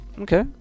Okay